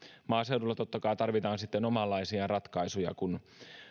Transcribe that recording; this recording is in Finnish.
maaseudulla totta kai tarvitaan sitten omanlaisiaan ratkaisuja kun